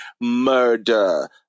murder